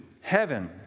heaven